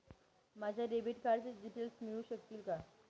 माझ्या डेबिट कार्डचे डिटेल्स मिळू शकतील का?